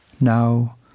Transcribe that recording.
now